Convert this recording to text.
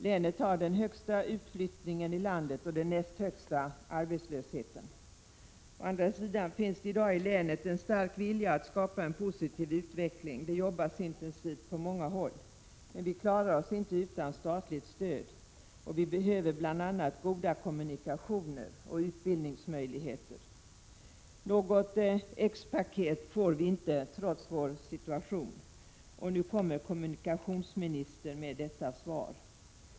Länet har den största utflyttningen och den näst högsta arbetslösheten i landet. Å andra sidan finns det i dag i länet en stark vilja att skapa en positiv utveckling, och det jobbas intensivt på många håll. Men vi klarar oss inte utan statligt stöd. Vi behöver bl.a. goda kommunikationer och utbildningsmöjligheter. Något X-paket får vi inte, trots denna situation. Och nu kommer kommunikationsministern med detta svar.